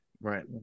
Right